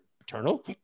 eternal